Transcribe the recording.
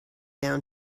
down